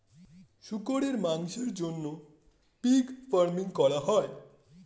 শুকরের মাংসের জন্য পিগ ফার্মিং করা হয়